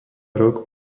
rok